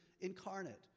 incarnate